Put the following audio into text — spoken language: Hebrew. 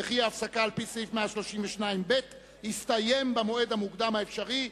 וכי ההפסקה על-פי סעיף 132(ב) תסתיים במועד המוקדם האפשרי,